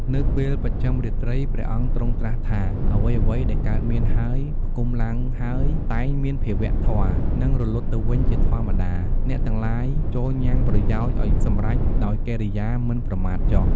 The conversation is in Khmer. នៅពេលបច្ចឹមរាត្រី ព្រះអង្គទ្រង់ត្រាស់ថា "អ្វីៗដែលកើតមានហើយ ផ្តុំឡើងហើយ តែងមានសភាវៈធម៌ និងរលត់ទៅវិញជាធម្មតា អ្នកទាំងឡាយចូរញ៉ាំងប្រយោជន៍ឲ្យសម្រេចដោយកិរិយាមិនប្រមាទចុះ"។